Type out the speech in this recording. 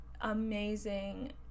amazing